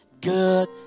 good